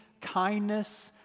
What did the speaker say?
kindness